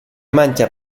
mancha